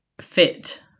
fit